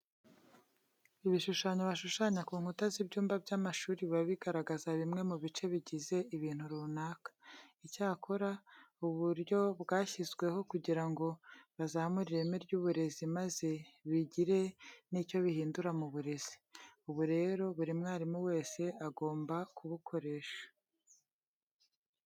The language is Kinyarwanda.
Ibishushanyo bashushanya ku nkuta z'ibyumba by'amashuri biba bigaragaza bimwe mu bice bigize ibintu runaka. Icyakora, ubu buryo bwashyizweho kugira ngo buzamure ireme ry'uburezi maze bigire n'icyo bihindura mu burezi. Ubu rero buri mwarimu wese agomba kubukoresha.